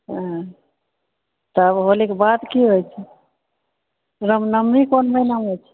हँ तब होलीके बाद की होइ छै रामनओमी कोन दिना होइत छै